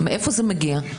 מאיפה זה מגיע?